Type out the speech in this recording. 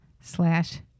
slash